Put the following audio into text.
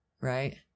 right